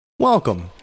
Welcome